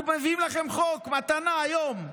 אנחנו מביאים לכם חוק מתנה היום,